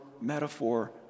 metaphor